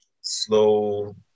slow